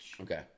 Okay